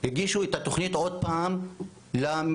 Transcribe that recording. הגישו את התוכנית עוד פעם למנהל,